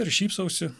ir šypsausi